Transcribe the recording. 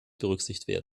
berücksichtigt